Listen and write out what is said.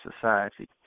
society